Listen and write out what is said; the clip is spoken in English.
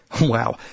Wow